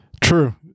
True